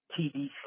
tv